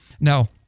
Now